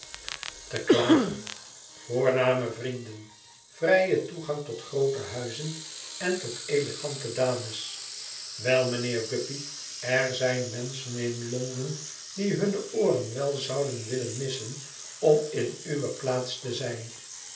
voorname vrienden vrijen toegang tot groote huizen en tot elegante dames wel mijnheer guppy er zijn menschen in l o nd e n die hunne ooren wel zouden willen missen om in uwe plaats te zijn